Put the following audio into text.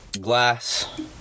glass